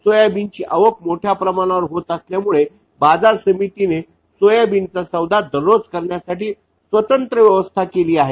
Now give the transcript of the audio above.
सोयाबीनची आवाक मोठ्या प्रमाणावर होत असल्यामुळे बाजार समितीने सोयाबीनचा सौदा दररोज करण्यासाठी स्वतंत्र व्यवस्था केली आहे